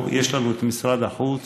יש לנו משרד חוץ,